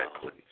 please